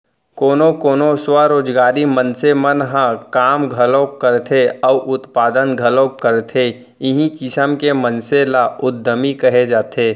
कोनो कोनो स्वरोजगारी मनसे मन ह काम घलोक करथे अउ उत्पादन घलोक करथे इहीं किसम के मनसे ल उद्यमी कहे जाथे